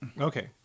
Okay